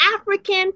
African